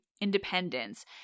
independence